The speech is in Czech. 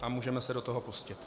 A můžeme se do toho pustit.